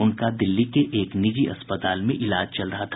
उनका दिल्ली के एक निजी अस्पताल में इलाज चल रहा था